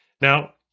Now